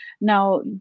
Now